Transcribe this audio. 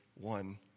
one